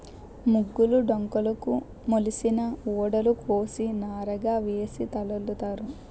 మొగులు డొంకలుకు మొలిసిన ఊడలు కోసి నారగా సేసి తాళల్లుతారు